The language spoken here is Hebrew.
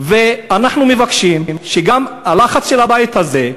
ואנחנו מבקשים גם את הלחץ של הבית הזה.